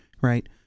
right